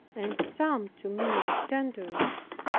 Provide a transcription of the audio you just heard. and some to me of tenderness,